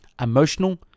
emotional